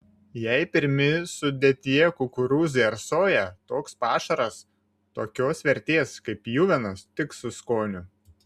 jei pirmi sudėtyje kukurūzai ar soja toks pašaras tokios vertės kaip pjuvenos tik su skoniu